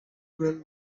girl